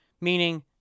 Meaning